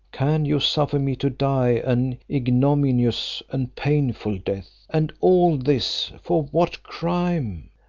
can you suffer me to die an ignominious and painful death? and all this, for what crime?